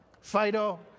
Fido